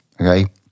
okay